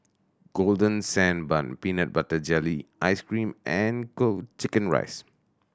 Golden Sand Bun peanut butter jelly ice cream and chicken rice